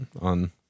on